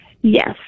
Yes